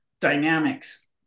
dynamics